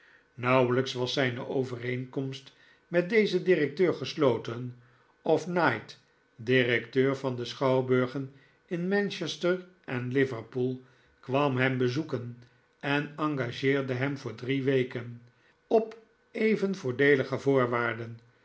nauwelijks was zijne overeenkomst met dezen directeur gesloten of knight directeur van de schouwburgen in manchester en liverpool kwam hem bezoeken en engageerde hem voor drieweken op even voordeelige voorwaarden